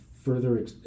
further